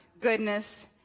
goodness